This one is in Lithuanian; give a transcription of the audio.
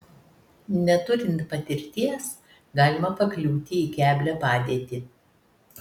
neturint patirties galima pakliūti į keblią padėtį